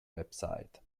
website